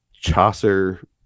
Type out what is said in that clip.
Chaucer